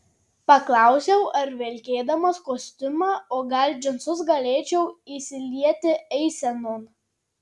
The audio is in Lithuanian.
paklausiau ar vilkėdamas kostiumą o gal džinsus galėčiau įsilieti eisenon